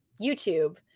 youtube